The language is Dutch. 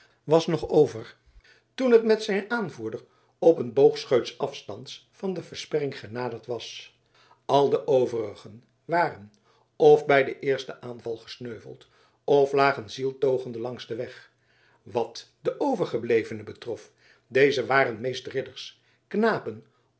was nog overig toen het met zijn aanvoerder op een boogscheuts afstands van de versperring genaderd was al de overigen waren f bij den eersten aanval gesneuveld f lagen zieltogende langs den weg wat de overgeblevenen betrof dezen waren meest ridders knapen